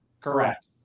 Correct